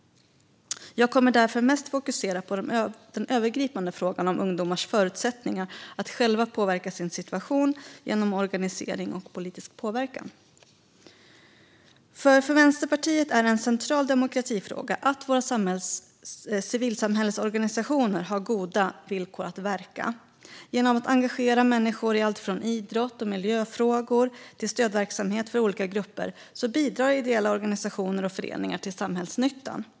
Jag kommer därför mest att fokusera på den övergripande frågan om ungdomars förutsättningar att själva påverka sin situation genom organisering och politisk påverkan. För Vänsterpartiet är det en central demokratifråga att våra civilsamhällesorganisationer har goda villkor att verka. Genom att engagera människor i allt från idrott och miljöfrågor till stödverksamheter för olika grupper bidrar ideella organisationer och föreningar till samhällsnyttan.